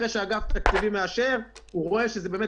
אחרי שאגף התקציבים מאשר ורואה שזה באמת